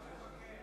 מה הוא מבקש?